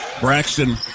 Braxton